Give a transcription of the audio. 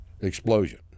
explosion